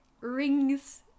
rings